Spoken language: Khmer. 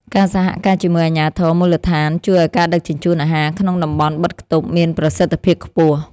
ការសហការជាមួយអាជ្ញាធរមូលដ្ឋានជួយឱ្យការដឹកជញ្ជូនអាហារក្នុងតំបន់បិទខ្ទប់មានប្រសិទ្ធភាពខ្ពស់។